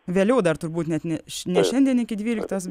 vėliau dar turbūt net ne š ne šiandien iki dvyliktos